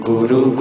Guru